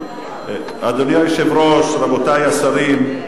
לפעמים לא באים